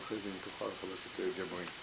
ואחרי זה חבר הכנסת ג'בארין.